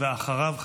ואחריו,